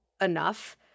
enough